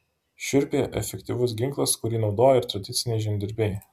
šiurpiai efektyvus ginklas kurį naudojo ir tradiciniai žemdirbiai